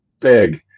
big